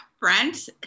Brent